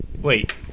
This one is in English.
Wait